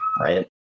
right